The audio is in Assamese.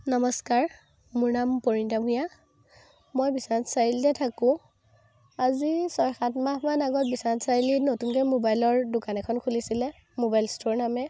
নমস্কাৰ মোৰ নাম পৰিণীতা ভূঞা মই বিশ্বনাথ চাৰিআলিতে থাকোঁ আজি ছয় সাত মাহ মান আগত বিশ্বনাথ চাৰিআলিত নতুনকে মোৱাইলৰ দোকান এখন খুলিছিলে মোৱাইল ষ্টৰ নামে